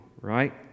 right